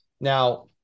Now